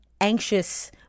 anxious